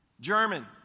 German